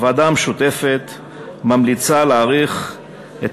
הוועדה המשותפת ממליצה להאריך את